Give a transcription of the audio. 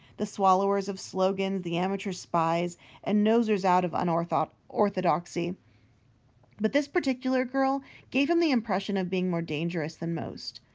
the swallowers of slogans, the amateur spies and nosers-out of unorthodoxy. but this particular girl gave him the impression of being more dangerous than most.